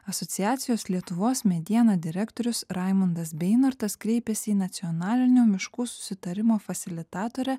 asociacijos lietuvos mediena direktorius raimundas beinortas kreipėsi į nacionalinio miškų susitarimo fasilitatorę